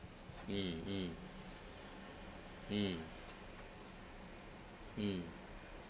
mm mm mm mm